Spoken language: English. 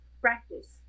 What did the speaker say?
practice